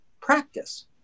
practice